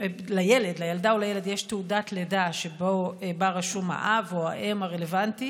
לילדה או לילד יש תעודת לידה שבה רשום האב או האם הרלוונטיים,